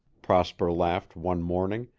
prosper laughed one morning,